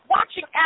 Watching